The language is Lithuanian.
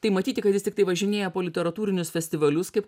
tai matyti kad jis tiktai važinėja po literatūrinius festivalius kaip